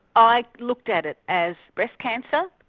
i looked at it as breast cancer.